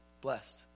blessed